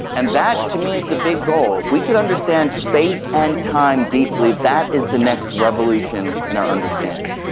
and that to me is the big goal. if we could understand space and time deeply, that is the next revolution in our understanding.